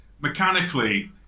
mechanically